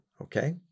okay